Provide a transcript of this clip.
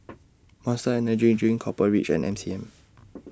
Monster Energy Drink Copper Ridge and M C M